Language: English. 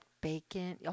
bacon